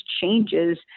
changes